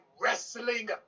wrestling